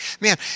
man